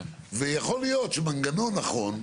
ויכול להיות שמנגנון נכון,